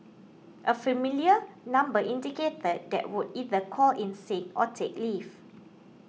a familiar number indicated that would either call in sick or take leave